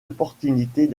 opportunités